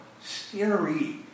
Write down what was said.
Scary